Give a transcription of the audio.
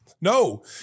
No